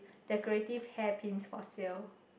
decorative hairpins for sale